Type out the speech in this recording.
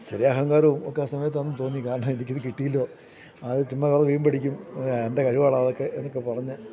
ചെറിയ അഹങ്കാരവും ഒക്കെ ആ സമയത്ത് ഒന്നു തോന്നി കാരണം എനിക്കിത് കിട്ടിയല്ലോ ആദ്യം ചുമ്മാ കുറേ വീമ്പടിക്കും എൻ്റെ കഴിവുകളാതൊക്കെ എന്നൊക്കെ പറഞ്ഞ്